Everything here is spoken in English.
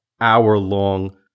hour-long